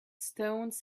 stones